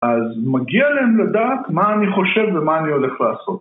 אז מגיע להם לדעת מה אני חושב ומה אני הולך לעשות.